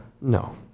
No